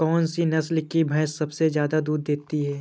कौन सी नस्ल की भैंस सबसे ज्यादा दूध देती है?